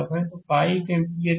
तो 5 एम्पीयर यहाँ है